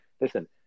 listen